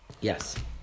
yes